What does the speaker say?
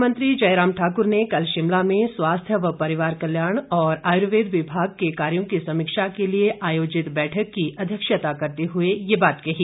मुख्यमंत्री जयराम ठाकुर ने कल शिमला में स्वास्थ्य व परिवार कल्याण और आयुर्वेद विभाग के कार्यों की समीक्षा के लिए आयोजित बैठक की अध्यक्षता करते हुए ये बात कही